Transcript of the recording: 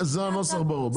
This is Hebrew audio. זה הנוסח, ברור.